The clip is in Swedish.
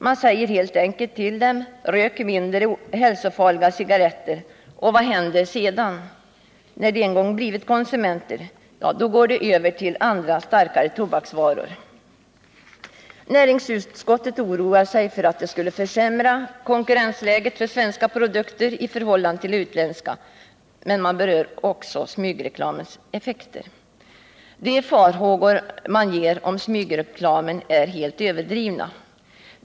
Man säger till dem: Rök mindre hälsofarliga cigarretter! Men vad händer sedan? Jo, när de en gång blivit konsumenter går de över till andra och starkare tobaksvaror. Näringsutskottet oroar sig för att ett reklamförbud skulle försämra konkurrensläget för svenska produkter i förhållande till utländska men berör också smygreklamens effekter. De farhågor man ger uttryck för när det gäller smygreklamen är helt överdrivna.